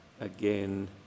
again